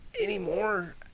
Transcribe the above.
anymore –